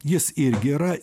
jis irgi yra